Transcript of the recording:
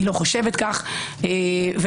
אם